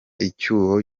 icyuho